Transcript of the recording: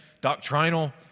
Doctrinal